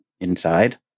inside